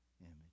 image